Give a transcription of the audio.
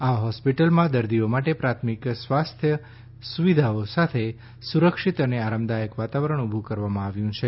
આ હોસ્પિટલમાં દર્દીઓ માટે પ્રાથમિક સ્વાસ્થ્ય સુવિધાઓ સાથે સુરક્ષિત અને આરામદાયક વાતાવરણ ઉભુ કરવામાં આવ્યું છે